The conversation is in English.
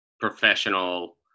professional